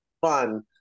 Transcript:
fun